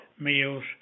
meals